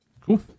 Cool